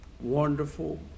wonderful